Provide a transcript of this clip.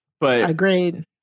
Agreed